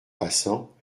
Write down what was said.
passant